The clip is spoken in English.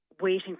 waiting